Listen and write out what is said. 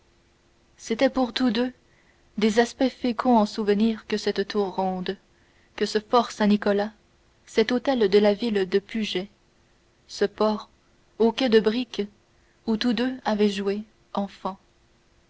c'était pour tous deux des aspects féconds en souvenirs que cette tour ronde ce fort saint-nicolas cet hôtel de ville de puget ce port aux quais de briques où tous deux avaient joué